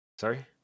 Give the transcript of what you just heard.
Sorry